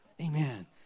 Amen